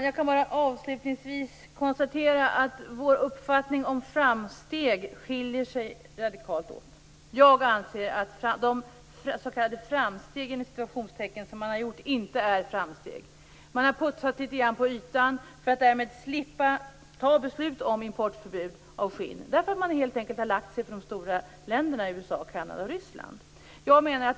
Fru talman! Avslutningsvis konstaterar jag att våra uppfattningar om framsteg radikalt skiljer sig. Jag anser att de s.k. framsteg som gjorts inte är framsteg. Man har putsat litet grand på ytan för att därmed slippa ta beslut om importförbud för skinn. Man har helt enkelt lagt sig för de stora länderna USA, Kanada och Ryssland.